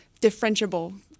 differentiable